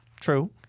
True